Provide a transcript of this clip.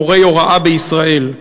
מורי הוראה בישראל.